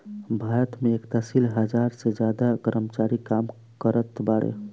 भारत मे एकतालीस हज़ार से ज्यादा कर्मचारी काम करत बाड़े